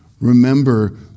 remember